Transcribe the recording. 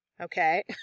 okay